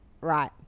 Right